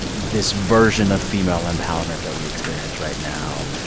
this version of female empowerment that we experience right now,